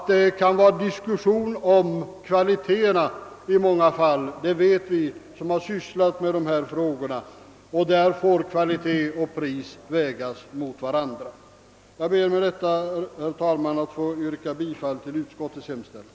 I många fall kan kvaliteten diskuteras; det vet vi som sysslat med dessa frågor. Och där får kvalitet och pris vägas mot varandra. Herr talman! Jag ber att med det anförda få yrka bifall till utskottets hemställan.